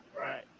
Right